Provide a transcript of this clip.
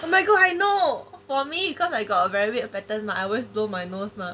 oh my god I know for me cause I got very weird pattern mah I always blow my nose mah